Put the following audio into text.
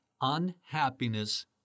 unhappiness